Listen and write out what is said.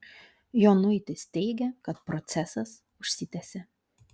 jonuitis teigia kad procesas užsitęsė